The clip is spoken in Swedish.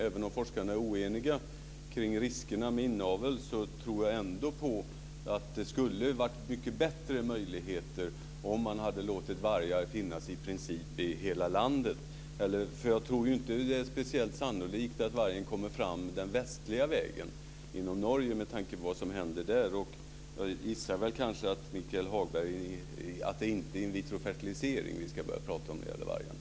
Även om forskarna är oeniga om riskerna med inavel tror jag ändå att möjligheterna skulle ha varit mycket bättre om man hade låtit vargar finnas i princip i hela landet. Jag tror inte att det är speciellt sannolikt att vargen kommer fram den västliga vägen inom Norge med tanke på vad som händer där. Och jag gissar att det kanske inte är in vitro-fertilisering vi ska börja prata om när det gäller vargarna.